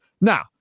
Now